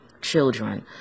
children